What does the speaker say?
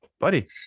Buddy